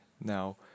Now